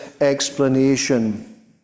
explanation